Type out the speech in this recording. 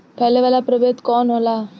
फैले वाला प्रभेद कौन होला?